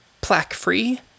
plaque-free